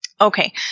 Okay